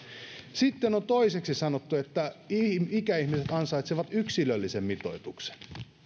sitten on toiseksi sanottu että ikäihmiset ansaitsevat yksilöllisen mitoituksen